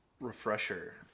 Refresher